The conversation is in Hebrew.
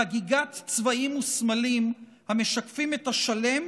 חגיגת צבעים וסמלים המשקפים את השלם